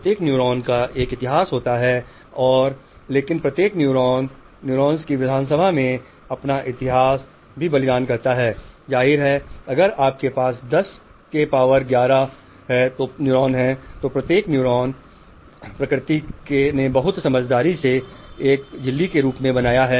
प्रत्येक न्यूरॉन का एक इतिहास होता है और लेकिन प्रत्येक न्यूरॉन अपने संगठित रूप में अपने ही इतिहास का भी बलिदान करता है जाहिर है अगर आपके पास 10 शक्ति 11 है तो प्रत्येक न्यूरॉन प्रकृति ने बहुत समझदारी सेएक झिल्ली बनाई है